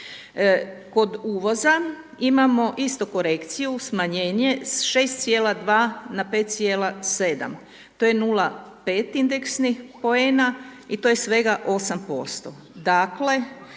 Kod uvoza imamo isto korekciju, smanjenje s 6,2 na 5,7, to je 0,5 indeksnih poena i to je svega 8%.